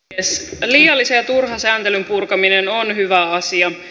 liiallisen ja turhan sääntelyn purkaminen on hyvä asia